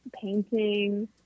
painting